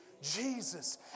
Jesus